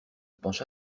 pencha